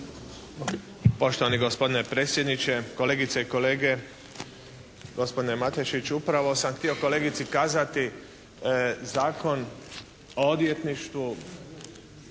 Poštovani gospodine predsjedniče, kolegice i kolege, gospodine Matešić. Upravo sam htio kolegici kazati Zakon o odvjetništvu